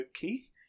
Keith